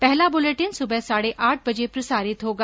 पहला बुलेटिन सुबह साढे आठ बजे प्रसारित होगा